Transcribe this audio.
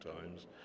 times